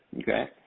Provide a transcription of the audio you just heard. okay